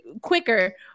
quicker